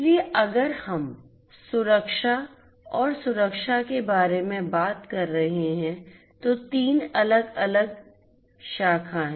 इसलिए अगर हम सुरक्षा और सुरक्षा के बारे में बात कर रहे हैं तो 3 अलग अलग शाखा हैं